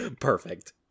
Perfect